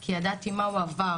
כי ידעתי מה הוא עבר,